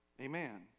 Amen